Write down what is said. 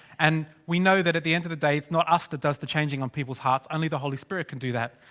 and we know that at the end of the day, it's not us that does the changing of people's hearts. only the holy spirit can do that.